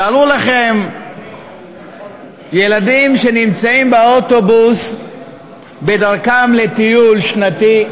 תארו לכם ילדים שנמצאים באוטובוס בדרכם לטיול שנתי,